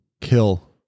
kill